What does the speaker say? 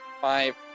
five